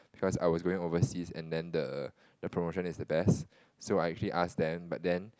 because I was going overseas and then the promotion is the best so I actually asked them but then